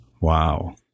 wow